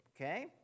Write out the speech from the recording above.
Okay